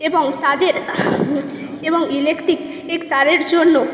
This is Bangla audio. এবং তাদের এবং ইলেকট্রিক এই তারের জন্য